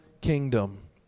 kingdom